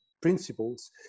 principles